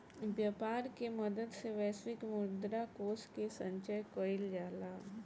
व्यापर के मदद से वैश्विक मुद्रा कोष के संचय कइल जाला